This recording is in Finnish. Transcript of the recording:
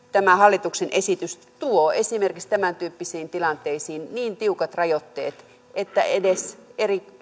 tämä hallituksen esitys tuo esimerkiksi tämäntyyppisiin tilanteisiin niin tiukat rajoitteet että edes